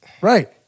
right